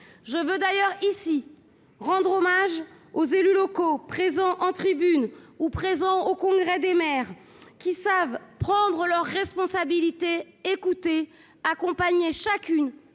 Je veux d'ailleurs rendre hommage aux élus locaux présents dans nos tribunes et au congrès des maires, qui savent prendre leurs responsabilités, écouter, accompagner toutes